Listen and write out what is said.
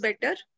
better